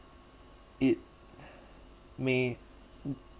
it may